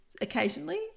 occasionally